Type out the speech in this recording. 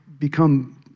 Become